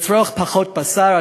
לצרוך פחות בשר.